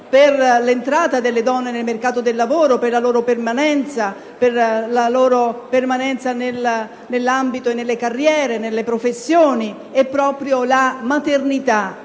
per l'entrata delle donne nel mercato del lavoro e per la loro permanenza nell'ambito delle carriere e delle professioni vi sono proprio la maternità